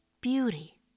beauty